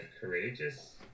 courageous